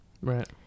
right